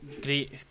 Great